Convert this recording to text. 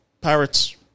Pirates